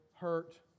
hurt